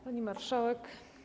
Pani Marszałek!